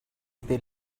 they